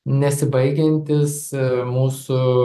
nesibaigiantis mūsų